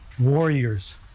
warriors